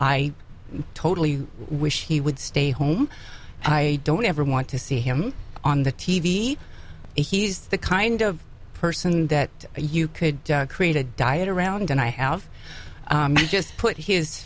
i totally wish he would stay home i don't ever want to see him on the t v he's the kind of person that you could create a diet around and i have just put his